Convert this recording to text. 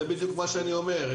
זה בדיוק מה שאני אומר.